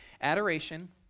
Adoration